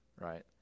right